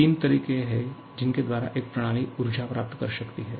तीन तरीके हैं जिनके द्वारा एक प्रणाली ऊर्जा प्राप्त कर सकती है